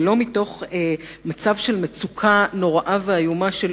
ולא מתוך מצב של מצוקה נוראה ואיומה של